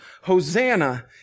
Hosanna